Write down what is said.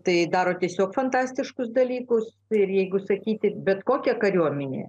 tai daro tiesiog fantastiškus dalykus jeigu sakyti bet kokia kariuomenė